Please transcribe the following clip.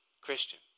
Christian